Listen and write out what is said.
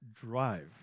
drive